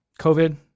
COVID